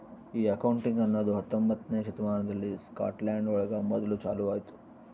ಈ ಅಕೌಂಟಿಂಗ್ ಅನ್ನೋದು ಹತ್ತೊಂಬೊತ್ನೆ ಶತಮಾನದಲ್ಲಿ ಸ್ಕಾಟ್ಲ್ಯಾಂಡ್ ಒಳಗ ಮೊದ್ಲು ಚಾಲೂ ಆಯ್ತು